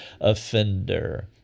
offender